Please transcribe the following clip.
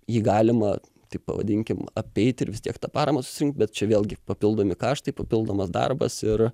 jį galima taip pavadinkim apeit ir vis tiek tą paramą susirinkt bet čia vėlgi papildomi kaštai papildomas darbas ir